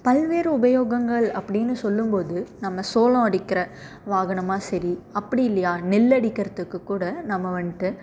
பல்வேறு உபயோகங்கள் அப்படின்னு சொல்லும் போது நம்ம சோளம் அடிக்கிற வாகனமாக சரி அப்படி இல்லையா நெல் அடிக்கிறதுக்கு கூட நம்ம வந்துட்டு